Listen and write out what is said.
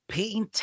Peyton